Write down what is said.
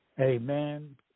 Amen